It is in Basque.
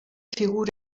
figura